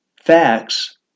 facts